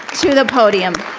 to the podium.